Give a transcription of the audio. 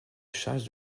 charge